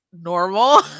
normal